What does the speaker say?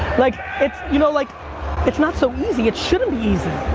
like it's you know like it's not so easy, it shouldn't be easy.